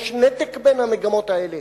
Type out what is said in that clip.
יש נתק בין המגמות האלה,